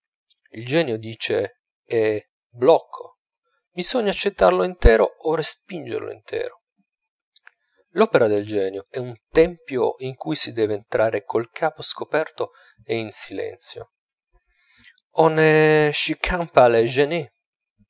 il genio dice è blocco bisogna accettarlo intero o respingerlo intero l'opera del genio è un tempio in cui si deve entrare col capo scoperto e in silenzio on ne